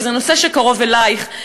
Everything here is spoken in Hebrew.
וזה נושא שקרוב אלייך,